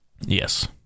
Yes